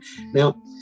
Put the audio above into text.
Now